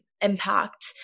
impact